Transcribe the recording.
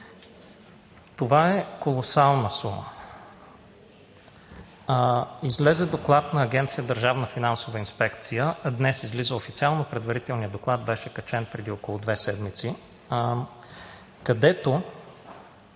Това е колосална сума! Излезе доклад на Агенция „Държавна финансова инспекция“, а днес излиза официално – предварителният доклад беше качен преди около две седмици, където